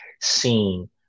seen